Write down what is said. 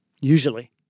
usually